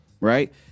right